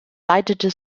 leitete